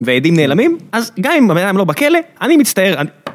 ועדים נעלמים, אז גם אם הבן אדם לא בכלא, אני מצטער...